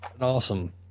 awesome